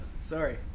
Sorry